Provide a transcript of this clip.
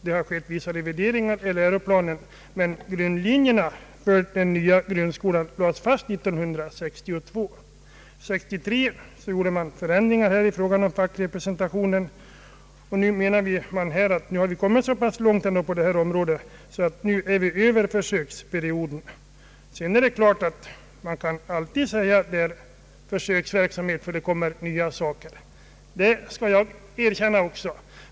Det har skett vissa revideringar i läroplanen, men grundlinjerna för den nya skolan lades fast 1962. år 1963 gjordes förändringar i fråga om fackrepresentationen, och nu bör man ha kommit så långt på detta område att försöksperioden är över. Sedan är det klart att man alitid kan säga att det pågår försöksverksamhet, ty dei kommer nyheter.